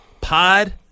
Pod